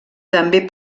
també